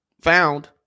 found